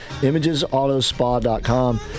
ImagesAutoSpa.com